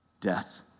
death